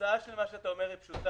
התוצאה של מה שאתה אומר היא פשוטה,